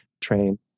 train